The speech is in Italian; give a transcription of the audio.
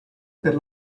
per